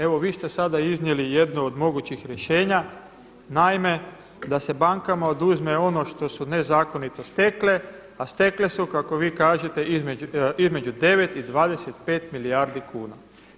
Evo vi ste sada iznijeli jednu od mogućih rješenja, naime da se bankama oduzme ono što su nezakonito stekle, a stekle su kako vi kažete između 9 i 25 milijardi kuna.